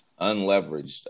unleveraged